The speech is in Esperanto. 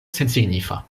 sensignifa